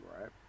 right